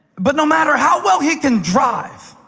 but no matter how well he can drive,